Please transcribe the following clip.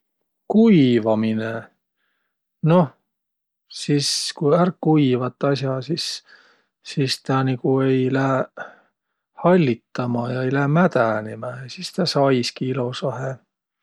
Kuivaminõ? Noh, sis ku ärq kuivat as'a, sis, sis tä nigu ei lääq hallitama ja ei lääq mädänemä. Ja sis tä saiski ilosahe.